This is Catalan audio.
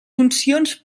funcions